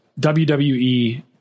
WWE